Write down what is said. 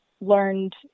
learned